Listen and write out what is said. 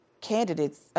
candidates